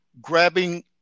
grabbing